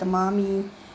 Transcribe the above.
the mummy